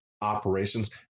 operations